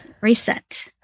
Reset